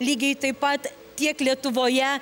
lygiai taip pat tiek lietuvoje